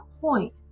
point